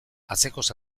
atzekoz